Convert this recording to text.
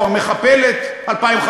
או יותר, של המחבל מודל 2015 או המחבלת 2015,